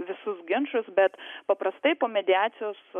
visus ginčus bet paprastai po mediacijos